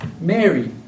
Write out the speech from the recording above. Mary